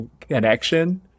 connection